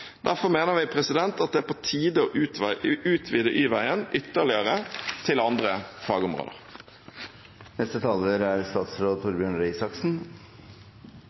Derfor mener vi at det er på tide å utvide Y-veien ytterligere til andre fagområder. Jeg er